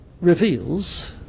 reveals